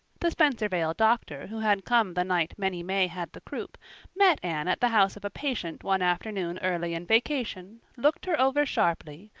the spencervale doctor who had come the night minnie may had the croup met anne at the house of a patient one afternoon early in vacation, looked her over sharply,